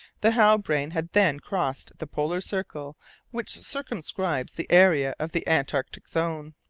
the halbrane had then crossed the polar circle which circumscribes the area of the antarctic zone.